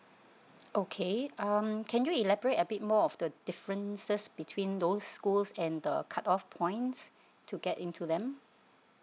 okay um can you elaborate a bit more of the differences between those schools and the cut off points to get into them